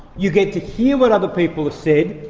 you get to hear what other people have said,